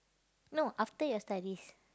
no after your studies